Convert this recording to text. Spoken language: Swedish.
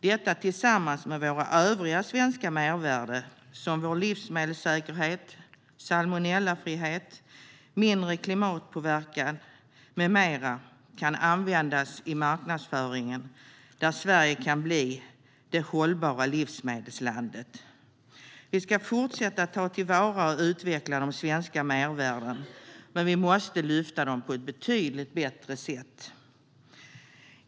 Detta tillsammans med våra övriga svenska mervärden som vår livsmedelssäkerhet, salmonellafrihet, mindre klimatpåverkan med mera kan användas i marknadsföringen där Sverige kan bli det hållbara livsmedelslandet. Vi ska fortsätta ta till vara och utveckla de svenska mervärdena, men vi måste också lyfta fram dem på ett betydligt bättre sätt.